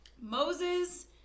Moses